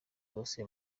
bose